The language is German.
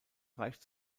reicht